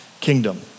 kingdom